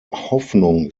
hoffnung